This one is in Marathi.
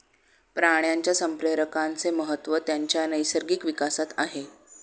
प्राण्यांच्या संप्रेरकांचे महत्त्व त्यांच्या नैसर्गिक विकासात आहे